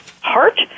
heart